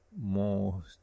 more